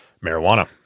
Marijuana